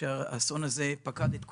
כאשר האסון הזה פקד את כולנו,